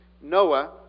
Noah